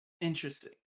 Interesting